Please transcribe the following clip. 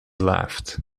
laughed